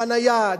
חנייה,